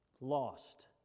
lost